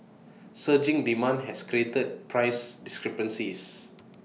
surging demand has created price discrepancies